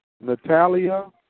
Natalia